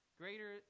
greater